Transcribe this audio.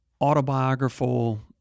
autobiographical